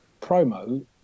promo